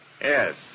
Yes